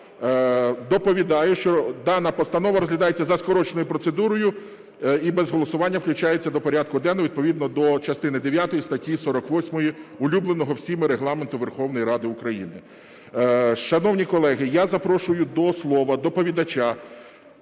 Доповідаю, що дана постанова розглядається за скороченою процедурою і без голосування включається до порядку денного відповідно до частини дев'ятої статті 48 улюбленого всіма Регламенту Верховної Ради України. Шановні колеги, я запрошую до слова доповідача.